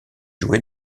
joué